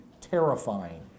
terrifying